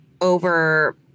over